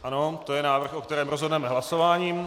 Ano, to je návrh, o kterém rozhodneme hlasováním.